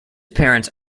parents